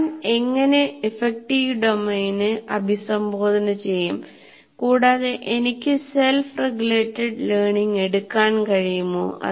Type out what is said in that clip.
ഞാൻ എങ്ങനെ അഫക്റ്റീവ് ഡൊമെയ്നെ അഭിസംബോധന ചെയ്യും കൂടാതെ എനിക്ക് സെൽഫ് റെഗുലേറ്റഡ് ലേർണിംഗ് എടുക്കാൻ കഴിയുമോ